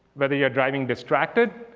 whether you are driving distracted.